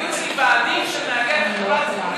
היו אצלי ועדים של נהגי תחבורה ציבורית,